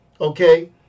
okay